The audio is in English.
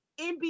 NBA